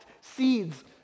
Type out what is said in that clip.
seeds